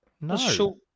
No